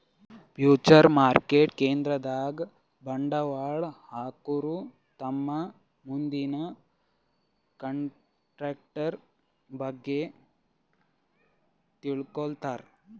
future market ಕೇಂದ್ರದಾಗ್ ಬಂಡವಾಳ್ ಹಾಕೋರು ತಮ್ ಮುಂದಿನ ಕಂಟ್ರಾಕ್ಟರ್ ಬಗ್ಗೆ ತಿಳ್ಕೋತಾರ್